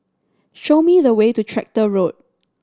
show me the way to Tractor Road